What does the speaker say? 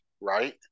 right